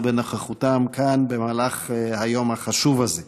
בנוכחותם כאן במהלך היום החשוב הזה.